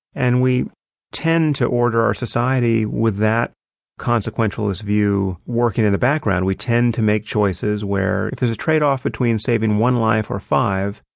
and we tend to order our society with that consequentialist view working in the background. we tend to make choices where if there's a tradeoff between saving one live or five,